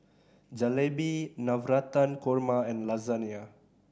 Jalebi Navratan Korma and Lasagne